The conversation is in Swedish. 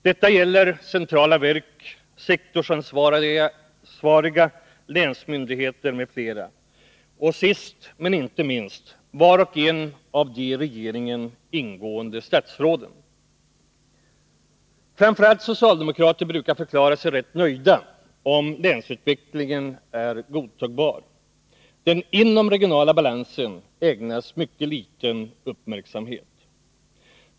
Detta gäller centrala verk, sektorsansvariga länsmyndigheter m.fl. — och sist men inte minst var och en av de i regeringen ingående statsråden. Framför allt socialdemokrater brukar förklara sig rätt nöjda om länsutvecklingen är godtagbar. Den inomregionala balansen ägnas mycket liten uppmärksamhet.